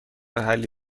حلی